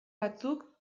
batzuk